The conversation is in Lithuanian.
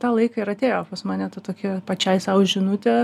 tą laiką ir atėjo pas mane ta tokia pačiai sau žinutė